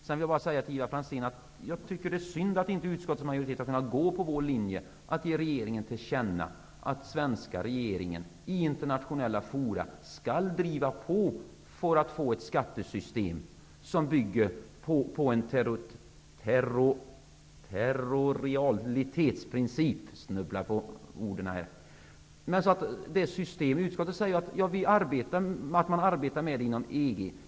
Jag vill bara säga till Ivar Franzén att det är synd att utskottets majoritet inte har kunnat gå på vår linje, som är att ge regeringen till känna att svenska regeringen i internationella fora bör driva på för att få fram ett skattesystem som bygger på en territorialitetsprincip. Utskottet säger att man arbetar med den frågan inom EG.